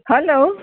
hello